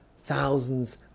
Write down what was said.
thousands